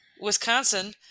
Wisconsin